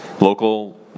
local